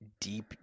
deep